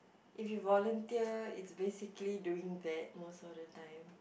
if you volunteer it's basically doing that most of the time